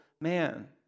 man